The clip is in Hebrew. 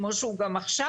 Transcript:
כמו שהוא גם עכשיו,